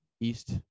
East